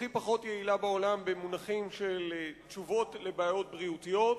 הכי פחות יעילה בעולם במונחים של תשובות לבעיות בריאותיות,